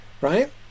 Right